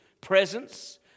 presence